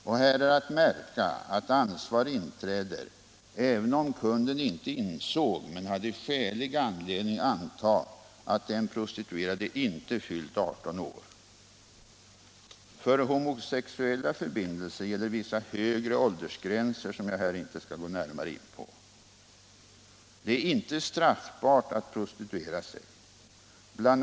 Och här är att märka att ansvar inträder, även om kunden inte insåg men hade skälig anledning anta att den prostituerade inte fyllt 18 år. För homosexuella förbindelser gäller vissa högre åldersgränser, som jag här inte skall gå närmare in på. Det är inte straffbart att prostituera sig. Bl.